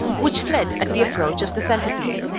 which fled at the approach of the centipede.